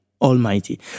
almighty